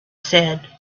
said